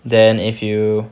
then if you